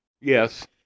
Yes